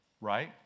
Right